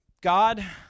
God